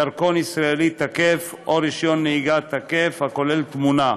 דרכון ישראלי תקף או רישיון נהיגה תקף הכולל תמונה.